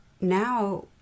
Now